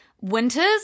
winters